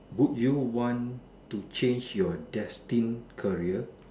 would you want to change your destined career